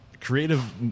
creative